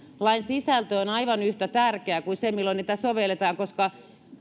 aivan yhtä tärkeä kuin lain sisältö on se milloin sitä sovelletaan koska